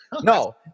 No